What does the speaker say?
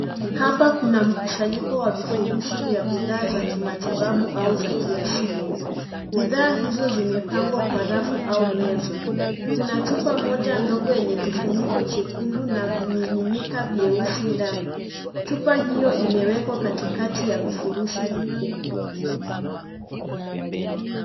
Hapa kina mkusanyiko wa vifurushi vya bidhaa za kimatibabu au za kiasili bidhaa hizo zimepangwa kwa rafu au meza kuna chupa moja ndogo yenye kifuniko chekundu na vimininika vyeusi ndani chupa hiyo imewekwa katikati ya vifurushi vikubwa.